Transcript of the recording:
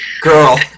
Girl